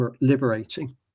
liberating